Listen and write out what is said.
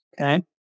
Okay